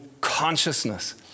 consciousness